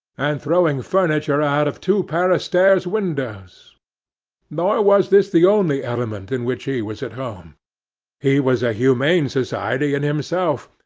and throwing furniture out of two-pair-of-stairs' windows nor was this the only element in which he was at home he was a humane society in himself,